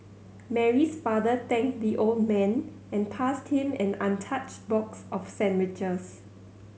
Mary's father thanked the old man and passed him an untouched box of sandwiches